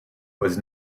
was